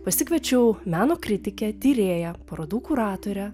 pasikviečiau meno kritikę tyrėją parodų kuratorę